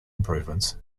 improvements